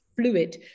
fluid